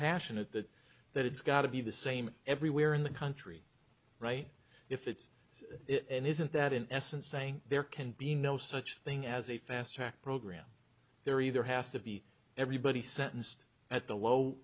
passionate that it's got to be the same everywhere in the country right if it's it and isn't that in essence saying there can be no such thing as a fast track program there either has to be everybody sentenced at the low